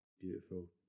Beautiful